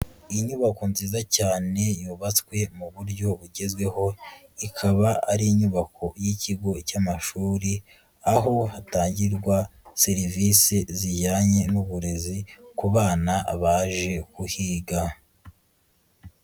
Inyubako nziza cyane yubatswe mu buryo bugezweho, ikaba ari inyubako y'ikigo cy amashuri aho hatangirwa serivisi zijyanye n'uburezi ku bana baje kuhiga.